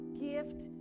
gift